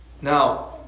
Now